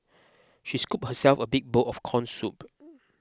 she scooped herself a big bowl of Corn Soup